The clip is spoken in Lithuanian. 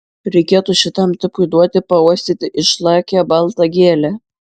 reikėtų šitam tipui duoti pauostyti išlakią baltą gėlę